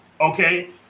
Okay